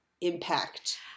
impact